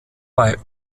bei